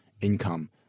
income